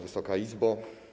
Wysoka Izbo!